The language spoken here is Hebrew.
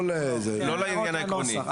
לא לעניין העקרוני.